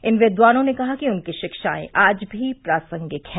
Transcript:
इन विद्वानों ने कहा कि उनकी शिक्षायें आज भी प्रासंगिक हैं